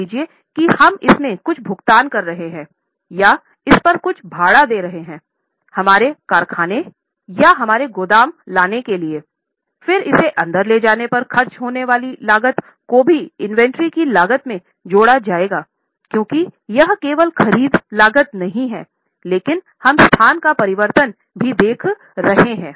मान लीजिए कि हम इसमें कुछ भुगतान कर रहे हैं या इस पर कुछ भाड़ा दे रहें हैं हमारे कारखाने या हमारे गोदाम लाने के लिए फिर इसे अंदर ले जाने पर खर्च होने वाली लागत को भी इन्वेंट्री की लागत में जोड़ा जाएगा क्योंकि यह केवल ख़रीद लागत नहीं है लेकिन हम स्थान का परिवर्तन भी देख रहे हैं